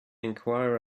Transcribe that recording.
enquire